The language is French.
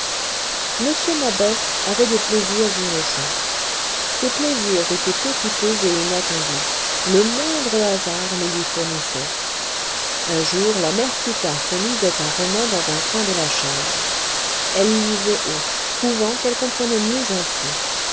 m mabeuf avait des plaisirs innocents ces plaisirs étaient peu coûteux et inattendus le moindre hasard les lui fournissait un jour la mère plutarque lisait un roman dans un coin de la chambre elle lisait haut trouvant qu'elle comprenait mieux ainsi